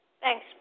Thanks